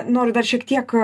noriu dar šiek tiek